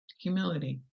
humility